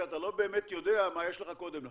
שאתה לא באמת יודע מה יש לך קודם לכן.